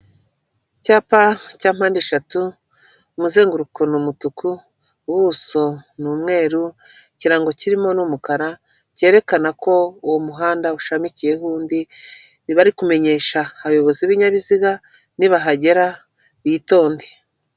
Icyapa cya mpandeshatu muzenguruko ni umutuku ubuso n'umweru ikirango kirimo n'umukara cyerekana ko uwo muhanda ushamikiyeho undi biba ari ukumenyesha abayobozi b'ibinyabiziga nibahagera bitonde.